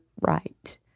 right